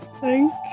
Thank